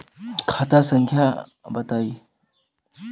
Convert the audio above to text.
खाता संख्या बताई?